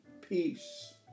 peace